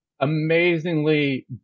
amazingly